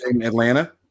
atlanta